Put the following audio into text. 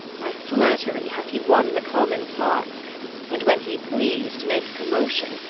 by flatterie hath he wonne the commons hearts and when he please to make commotion,